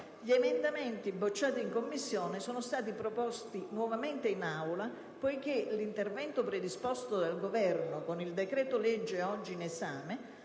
Gli emendamenti, bocciati in Commissione, sono stati proposti nuovamente in Aula, poiché l'intervento predisposto dal Governo con il decreto-legge oggi in esame